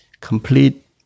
complete